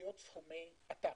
משקיעות סכומי עתק.